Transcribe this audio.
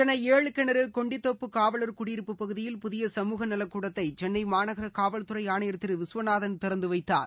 சென்னை ஏழு கிணறு கொண்டித்தோப்பு காவலர் குடியிருப்பு பகுதியில் புதிய சமூக நலக்கூடத்தை சென்னை மாநகர காவல்துறை ஆணையர் திரு விஸ்வநாதன் திறந்து வைத்தார்